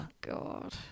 god